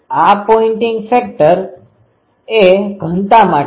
આ Poynting vector એ ઘનતા માટે છે